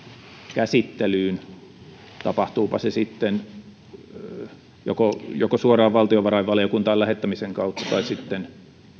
käsittelyyn tapahtuupa se sitten suoraan valtiovarainvaliokuntaan lähettämisen kautta tai sitten